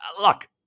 look